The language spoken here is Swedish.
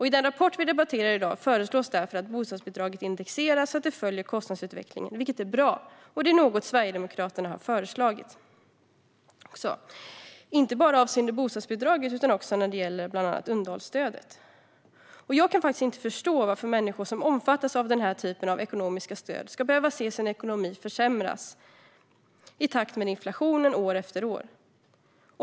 I den rapport vi debatterar i dag föreslås därför att bostadsbidraget indexeras så att det följer kostnadsutvecklingen. Detta är bra, och det är något som också Sverigedemokraterna har föreslagit inte bara avseende bostadsbidraget, utan även när det bland annat gäller underhållsstödet. Jag kan faktiskt inte förstå varför människor som omfattas av den här typen av ekonomiska stöd ska behöva se sin ekonomi försämras i takt med inflationen år efter år.